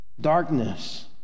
Darkness